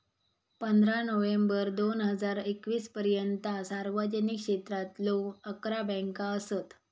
पंधरा नोव्हेंबर दोन हजार एकवीस पर्यंता सार्वजनिक क्षेत्रातलो अकरा बँका असत